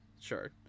sure